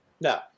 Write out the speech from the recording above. No